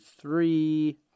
three